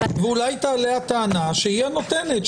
ואולי תעלה הטענה שהיא הנותנת,